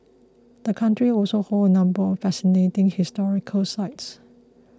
the country also holds a number of fascinating historical sites